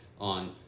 on